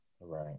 right